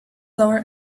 lower